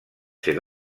ser